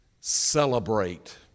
celebrate